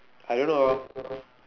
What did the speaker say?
I don't know ah